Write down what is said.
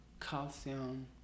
calcium